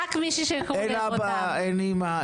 אין אמא,